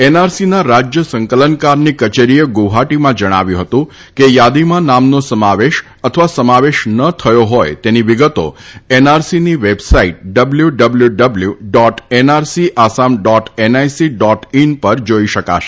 એનઆરસીના રાજય સંકલનકારની કચેરીએ ગુવાહાટીમાં જણાવ્યું હતું કે થાદીમાં નામનો સમાવેશ અથવા સમાવેશ ન થયો હોય તેની વિગતો એનઆરસીની website W W W dot NRC Assam dot NIC dot in પર જાઇ શકાશે